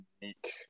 unique